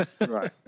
Right